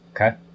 Okay